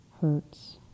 hurts